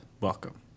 Welcome